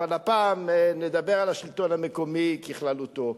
אבל הפעם נדבר על השלטון המקומי בכללותו.